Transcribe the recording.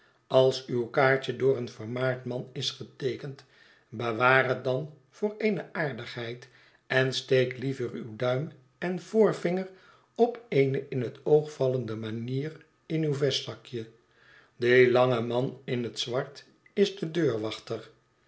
als uw kaartje door een vermaard man is geteekend bewaar het dan voor eene aardigheid en steek liever uw duim en voorvinger op eene in net oog vallende manier in uw vestzakje die lange man in het zwart is de deurwachter